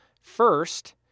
First